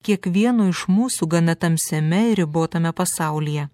kiekvieno iš mūsų gana tamsiame ir ribotame pasaulyje